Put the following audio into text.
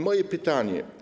Moje pytanie.